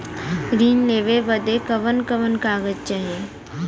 ऋण लेवे बदे कवन कवन कागज चाही?